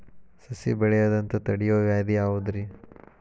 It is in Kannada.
ಸಸಿ ಬೆಳೆಯದಂತ ತಡಿಯೋ ವ್ಯಾಧಿ ಯಾವುದು ರಿ?